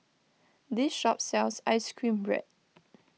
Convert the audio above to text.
this shop sells Ice Cream Bread